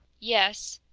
yes,